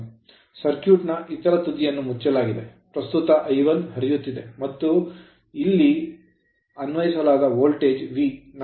circuit ನ ಇತರ ತುದಿಯನ್ನು ಮುಚ್ಚಲಾಗಿದೆ ಪ್ರಸ್ತುತ I1 ಹರಿಯುತ್ತಿದೆ ಮತ್ತು ಇಲ್ಲಿ ಅನ್ವಯಿಸಲಾದ ವೋಲ್ಟೇಜ್ v